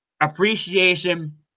appreciation